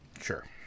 Sure